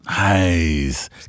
nice